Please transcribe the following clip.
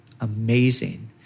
amazing